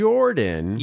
Jordan